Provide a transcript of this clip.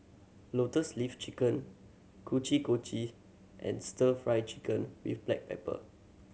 Lotus Leaf Chicken kochi kochi and Stir Fry Chicken with black pepper